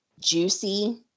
juicy